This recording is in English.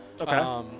Okay